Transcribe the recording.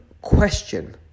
question